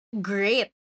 great